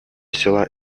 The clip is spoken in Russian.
взяла